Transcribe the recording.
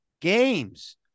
games